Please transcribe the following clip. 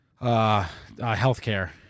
healthcare